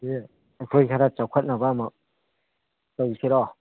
ꯑꯗꯩ ꯑꯩꯈꯣꯏ ꯈꯔ ꯆꯥꯎꯈꯠꯅꯕ ꯑꯃꯨꯛ ꯇꯧꯁꯤꯔꯣ